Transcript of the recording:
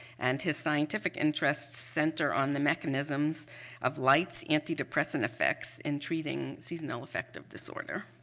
and his scientific interests center on the mechanisms of lights, antidepressant effects in treating seasonal effective disorder.